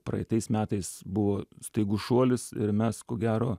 praeitais metais buvo staigus šuolis ir mes ko gero